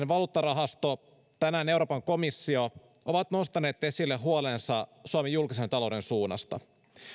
valuuttarahasto ja tänään euroopan komissio ovat nostaneet esille huolensa suomen julkisen talouden suunnasta